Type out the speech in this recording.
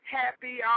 happy